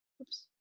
Oops